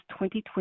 2020